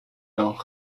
dan